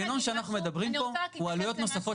משהו --- אנחנו מדברים פה על מנגנון של עלויות נוספות